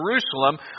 Jerusalem